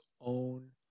own